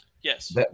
Yes